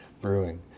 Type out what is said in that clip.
Brewing